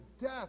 death